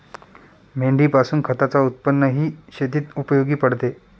मेंढीपासून खताच उत्पन्नही शेतीत उपयोगी पडते